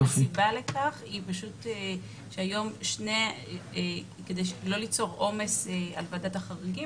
הסיבה לכך היא פשוט כדי לא ליצור עומס על ועדת החריגים